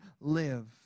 live